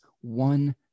one